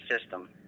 system